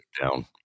down